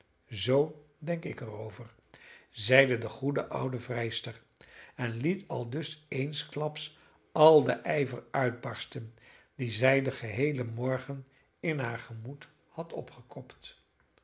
zoo denk ik er over zeide de goede oudste vrijster en liet aldus eensklaps al den ijver uitbarsten dien zij den geheelen morgen in haar gemoed had opgekropt